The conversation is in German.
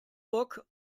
bock